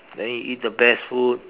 then you eat the best food